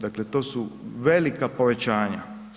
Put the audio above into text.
Dakle, to su velika povećanja.